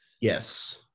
Yes